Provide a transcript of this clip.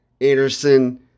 Anderson